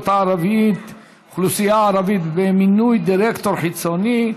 הערבית במינוי דירקטור חיצוני),